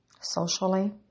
socially